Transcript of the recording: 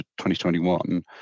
2021